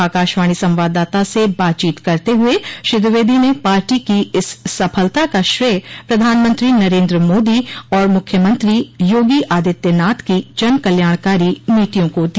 आकाशवाणी संवाददाता से बातचीत करते हुए श्री द्विवेदी ने पार्टी की इस सफलता का श्रेय प्रधानमंत्री नरेन्द्र मोदी और मुख्यमंत्री योगी आदित्यनाथ की जन कल्याणकारी नीतियों को दिया